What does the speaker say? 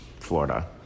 Florida